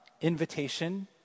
invitation